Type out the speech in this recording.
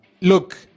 look